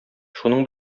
шуның